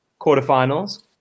quarterfinals